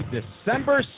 December